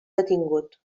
detingut